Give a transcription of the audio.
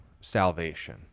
salvation